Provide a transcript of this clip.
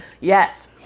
Yes